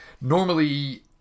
Normally